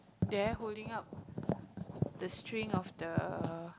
there holding up the string of the